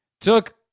took